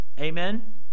amen